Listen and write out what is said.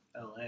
LA